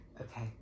Okay